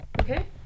Okay